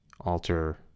alter